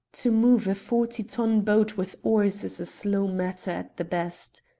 to move a forty-ton boat with oars is a slow matter at the best.